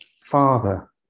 Father